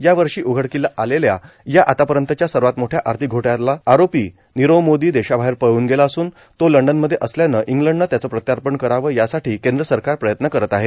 या वर्षी उघडकीला आलेल्या या आतापर्यंतच्या सर्वात मोठ्या आर्थिक घोटाळ्यातला आरोपी नीरव मोदी देशाबाहेर पळून गेला असून तो लंडनमध्ये असल्यानं इंलंडनं त्याचं प्रत्यार्पण करावं यासाठी केंद्र सरकार प्रयत्न करत आहे